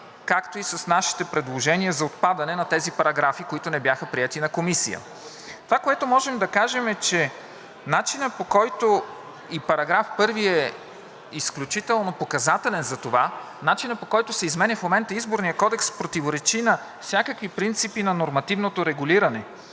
както и с нашите предложения за отпадане на тези параграфи, които не бяха приети на Комисията. Това, което можем да кажем, е, че начинът, по който, и § 1 е изключително показателен за това, начинът, по който се изменя в момента Изборният кодекс, противоречи на всякакви принципи на нормативното регулиране,